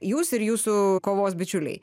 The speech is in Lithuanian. jūs ir jūsų kovos bičiuliai